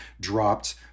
dropped